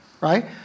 Right